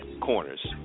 corners